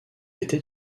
était